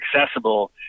accessible